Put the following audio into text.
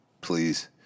please